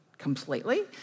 completely